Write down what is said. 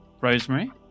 Rosemary